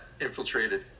infiltrated